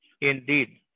indeed